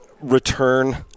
return